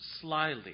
slyly